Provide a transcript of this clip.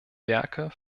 werke